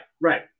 right